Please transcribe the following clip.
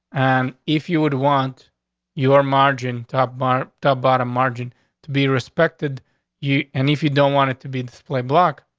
and if you would want your margin top marked a bottom margin to be respected you. and if you don't want it to be displayed, block.